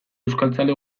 euskaltzale